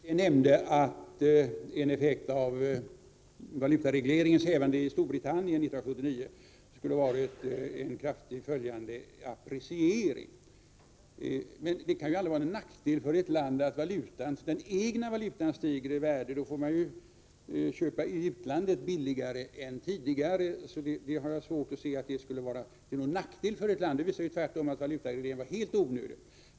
Herr talman! Bo Södersten nämnde att en effekt av valutaregleringens hävande i Storbritannien 1979 skulle ha varit en kraftig efterföljande appreciering. Det kan ju aldrig vara till nackdel för ett land att den egna valutan stiger i värde. Då får man ju köpa billigare i utlandet än tidigare. Jag har alltså svårt att se att det skulle vara till nackdel för ett land. Det visar tvärtom att valutaregleringen var helt onödig.